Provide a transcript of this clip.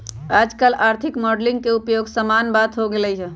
याजकाल आर्थिक मॉडलिंग के उपयोग सामान्य बात हो गेल हइ